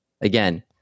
again